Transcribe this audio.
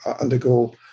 undergo